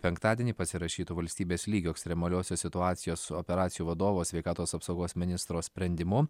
penktadienį pasirašytu valstybės lygio ekstremaliosios situacijos operacijų vadovo sveikatos apsaugos ministro sprendimu